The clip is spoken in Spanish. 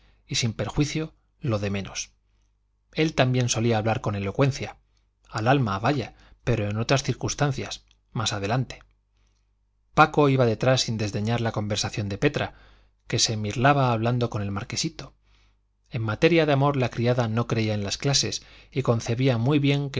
y sin perjuicio lo de menos él también solía hablar con elocuencia al alma vaya pero en otras circunstancias más adelante paco iba detrás sin desdeñar la conversación de petra que se mirlaba hablando con el marquesito en materia de amor la criada no creía en las clases y concebía muy bien